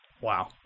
Wow